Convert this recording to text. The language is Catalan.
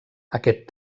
aquest